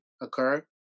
occur